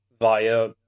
via